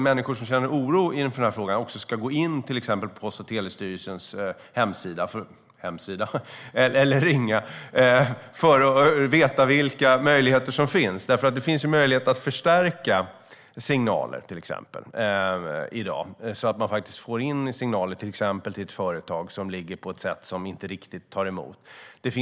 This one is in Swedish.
Människor som känner oro inför den här frågan tycker jag ska kontakta Post och telestyrelsen för att få reda på vilka möjligheter som finns. Det finns ju till exempel möjlighet att förstärka signaler, så att man får in signaler till ett företag som ligger så att man inte riktigt tar emot.